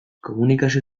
komunikazio